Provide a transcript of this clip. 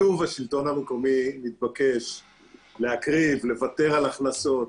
שוב השלטון המקומי מתבקש להקריב, לוותר על הכנסות